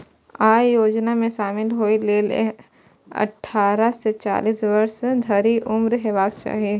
अय योजना मे शामिल होइ लेल अट्ठारह सं चालीस वर्ष धरि उम्र हेबाक चाही